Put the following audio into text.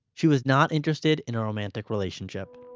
she was not interested in a romantic relationship